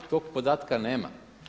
Tog podatka nema.